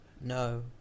no